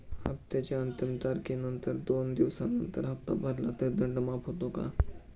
हप्त्याच्या अंतिम तारखेनंतर दोन दिवसानंतर हप्ता भरला तर दंड माफ होतो का?